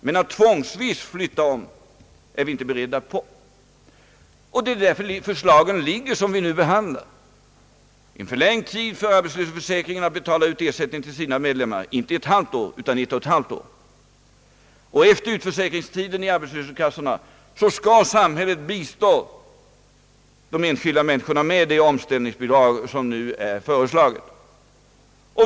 Men att tvångsvis flytta om är vi inte beredda att göra. Det är därför vi lagt fram de förslag som nu behandlas. Ersättningstiden från arbetslöshetsförsäkringen skall förlängas från ett halvt år till ett och ett halvt år, och efter utförsäkringstiden i arbetslöshetskassorna skall samhället bistå de enskilda människorna med det omställningsbidrag som nu är föreslaget.